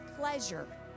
pleasure